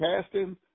casting